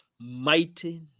mighty